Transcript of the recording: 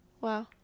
Wow